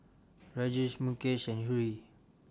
Rajesh Mukesh and Hri